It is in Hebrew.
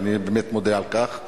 ואני באמת מודה על כך.